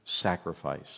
sacrifice